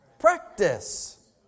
Practice